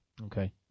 Okay